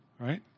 right